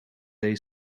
lay